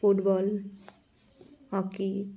football hockey